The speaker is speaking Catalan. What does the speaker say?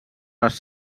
les